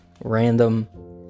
Random